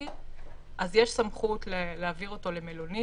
טכנולוגי יש סמכות להעביר אותו למלונית.